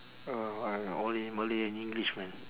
uh I only malay and english man